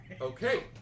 Okay